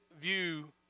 view